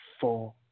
four